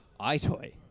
iToy